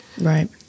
Right